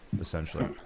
essentially